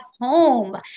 home